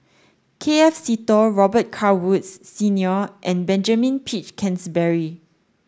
K F Seetoh Robet Carr Woods Senior and Benjamin Peach Keasberry